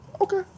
Okay